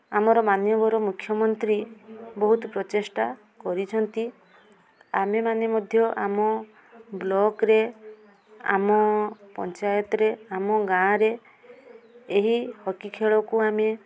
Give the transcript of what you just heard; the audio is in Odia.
ଆମର ମାନ୍ୟବର ମୁଖ୍ୟମନ୍ତ୍ରୀ ବହୁତ ପ୍ରଚେଷ୍ଟା କରିଛନ୍ତି ଆମେମାନେ ମଧ୍ୟ ଆମ ବ୍ଲକ୍ରେ ଆମ ପଞ୍ଚାୟତରେ ଆମ ଗାଁରେ ଏହି ହକି ଖେଳକୁ ଆମେ